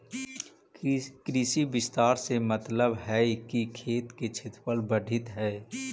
कृषि विस्तार से मतलबहई कि खेती के क्षेत्रफल बढ़ित हई